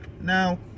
Now